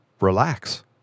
relax